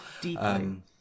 deeply